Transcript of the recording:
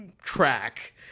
Track